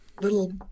little